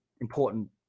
important